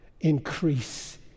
increase